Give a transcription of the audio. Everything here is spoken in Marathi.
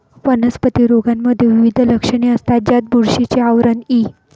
वनस्पती रोगांमध्ये विविध लक्षणे असतात, ज्यात बुरशीचे आवरण इ